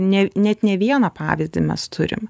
ne net ne vieną pavyzdį mes turim